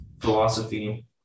philosophy